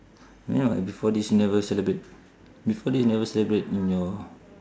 you mean what before this never celebrate before this you never celebrate in your